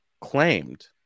claimed